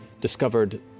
discovered